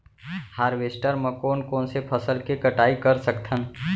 Harvester म कोन कोन से फसल के कटाई कर सकथन?